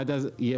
עד אז אי-אפשר,